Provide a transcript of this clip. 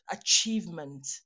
achievement